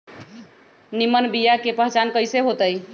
निमन बीया के पहचान कईसे होतई?